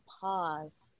pause